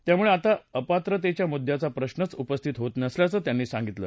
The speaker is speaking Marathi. त्यामुळे आता अपात्रतेच्या मुद्याचा प्रश्नच उपस्थित होत नसल्याचं त्यांनी सांगितलं